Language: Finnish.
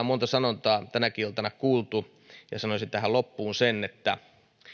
monta sanontaa tänäkin iltana kuultu ja sanoisin tähän loppuun että